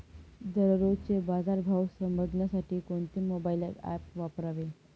दररोजचे बाजार भाव समजण्यासाठी कोणते मोबाईल ॲप वापरावे?